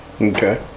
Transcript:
Okay